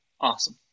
Awesome